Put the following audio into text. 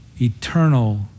eternal